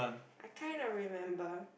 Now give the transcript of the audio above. I kind of remember